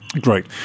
great